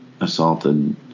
assaulted